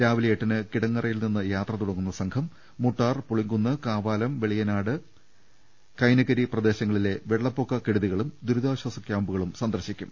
രാവിലെ എട്ടിന് കിടങ്ങറയിൽ നിന്ന് യാത്ര തുടങ്ങുന്ന സംഘം മുട്ടാർ പുളിങ്കുന്ന് കാവാലം വെളിയനാട് കൈനകരി പ്രദേശങ്ങളിലെ വെള്ളപ്പൊക്ക കെടുതികളും ദുരിതാശ്ചാസ കൃാമ്പു കളും സന്ദർശിക്കും